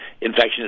infection